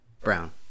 Brown